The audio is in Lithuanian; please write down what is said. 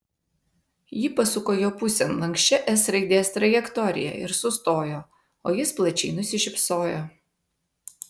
ji pasuko jo pusėn lanksčia s raidės trajektorija ir sustojo o jis plačiai nusišypsojo